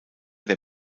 der